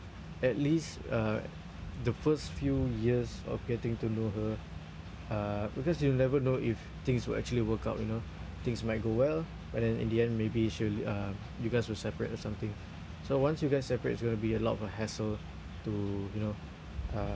at least uh the first few years of getting to know her uh because you never know if things will actually work out you know things might go well but then in the end maybe she'll uh you guys will separate or something so once you guys separate it's going to be a lot of a hassle to you know uh